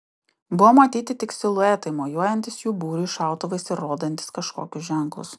buvo matyti tik siluetai mojuojantys jų būriui šautuvais ir rodantys kažkokius ženklus